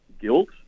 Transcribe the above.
guilt